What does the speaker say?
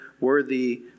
worthy